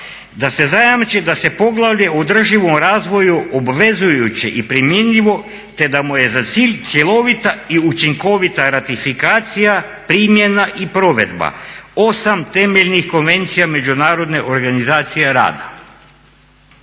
da se zajamči da se poglavlje o održivom razvoju obvezujuće i primjenljivo te da mu je za cilj cjelovita i učinkovita ratifikacija, primjena i provedba. Osam temeljnih konvencija Međunarodne organizacije rada